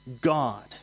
God